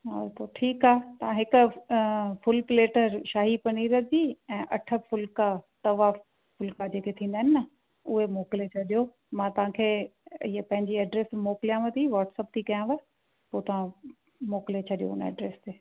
हा त ठीकु आहे तव्हां हिकु अ फुल प्लेट शाही पनीर ऐं अठ फुल्का तवा फुल्का जेके थींदा आहिनि उहे मोकिले छॾियो मां तव्हांखे हीअ पंहिंजी एड्रेस मोकिलियांव थी व्हाटसप थी कयाव पोइ तव्हां मोकिले छॾजो एड्रेस ते